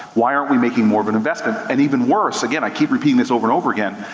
why aren't we making more of an investment? and even worse, again, i keep repeating this over and over again,